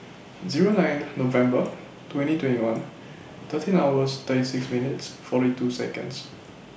Zero nine November twenty twenty one thirteen hours thirty six minutes forty two Seconds